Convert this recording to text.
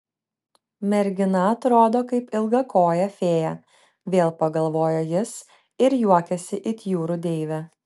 mergina atrodo kaip ilgakojė fėja vėl pagalvojo jis ir juokiasi it jūrų deivė